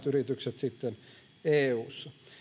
yritykset sitten eussa